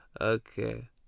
Okay